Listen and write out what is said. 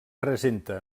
presenta